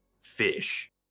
fish